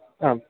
ആ